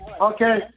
Okay